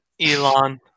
Elon